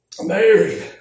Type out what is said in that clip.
Mary